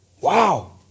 Wow